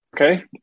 Okay